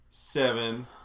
Seven